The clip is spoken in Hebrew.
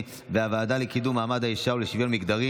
והוועדה לקידום מעמד האישה ולשוויון מגדרי